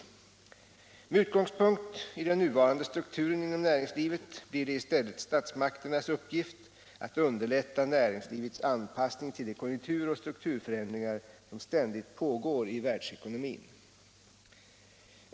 Med utgångspunkt i den nuvarande strukturen inom näringslivet blir det i stället statsmakternas uppgift att underlätta näringslivets anpassning till de konjunktur och strukturförändringar som ständigt pågår i världsekonomin.